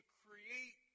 create